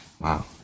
Wow